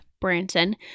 Branson